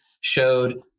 showed